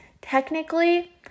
technically